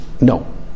no